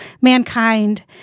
mankind